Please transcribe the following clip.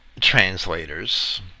translators